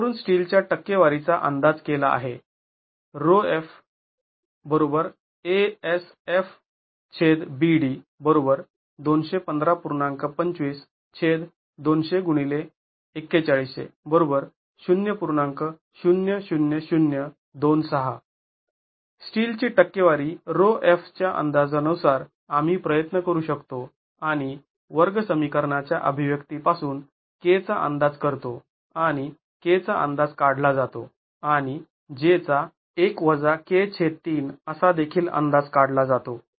ज्यावरून स्टीलच्या टक्केवारीचा अंदाज केला आहे स्टीलची टक्केवारी ρeff च्या अंदाजानुसार आम्ही प्रयत्न करू शकतो आणि वर्गसमीकरणाच्या अभिव्यक्ती पासून k चा अंदाज करतो आणि k चा अंदाज काढला जातो आणि j चा 1 k3 असा देखील अंदाज काढला जातो